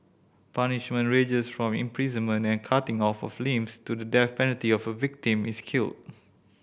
punishment ranges from imprisonment and cutting off of limbs to the death penalty if a victim is killed